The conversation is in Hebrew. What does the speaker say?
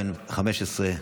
בן 15,